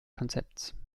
konzepts